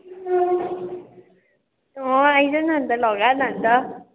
अँ आइज न अनि त लगा न अनि त